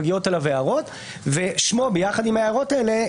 מגיעות עליו הערות ושמו ביחד עם ההערות האלה,